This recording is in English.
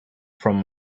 from